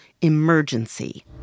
emergency